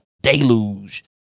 deluge